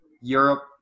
Europe